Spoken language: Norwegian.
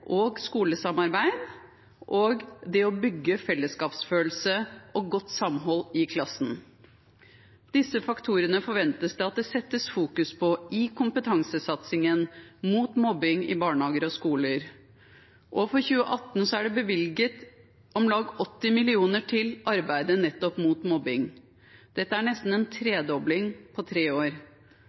og å bygge fellesskapsfølelse og godt samhold i klassen. Disse faktorene forventes det at det fokuseres på i kompetansesatsingen mot mobbing i barnehager og skoler. For 2018 er det bevilget om lag 80 mill. kr til arbeidet nettopp mot mobbing. Dette er nesten en tredobling på tre år.